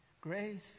Grace